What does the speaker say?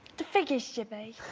the figures should be